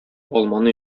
алманы